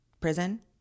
Prison